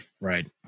Right